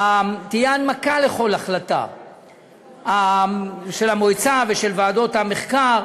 תהיה הנמקה לכל החלטה של המועצה ושל ועדות המחקר.